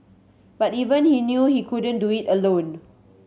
but even he knew he couldn't do it alone